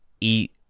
eat